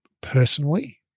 personally